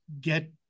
get